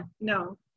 no